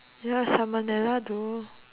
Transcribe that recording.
ya salmonella though